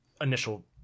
initial